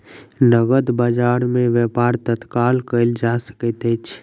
नकद बजार में व्यापार तत्काल कएल जा सकैत अछि